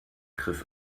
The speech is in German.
griff